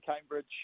Cambridge